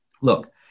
Look